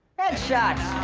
head shots.